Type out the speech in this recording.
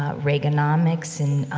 ah reaganomics, and um,